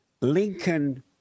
Lincoln